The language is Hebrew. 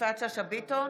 יפעת שאשא ביטון,